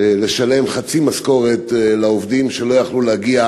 לשלם חצי משכורת לעובדים שלא יכלו להגיע